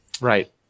Right